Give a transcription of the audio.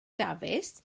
dafis